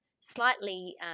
slightly